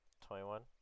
Twenty-one